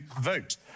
vote